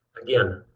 again,